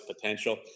potential